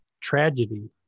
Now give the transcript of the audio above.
tragedy